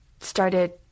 started